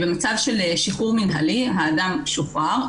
במצב של שחרור מינהלי האדם שוחרר,